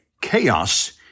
chaos